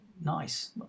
nice